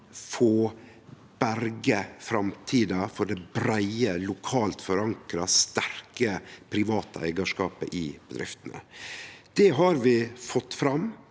for å berge framtida for det breie, lokalt forankra, sterke private eigarskapet i bedriftene. Det har vi fått fram.